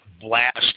blast